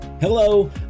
Hello